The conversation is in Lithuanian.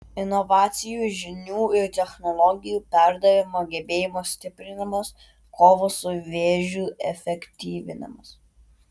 inovacijų žinių ir technologijų perdavimo gebėjimo stiprinimas kovos su vėžiu efektyvinimas